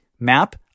map